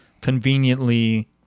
conveniently